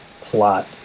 plot